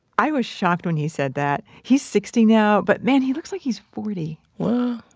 i was shocked when he said that. he's sixty now, but man, he looks like he's forty well,